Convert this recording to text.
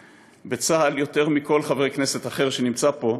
בצה"ל יותר מכל חבר כנסת אחר שנמצא פה,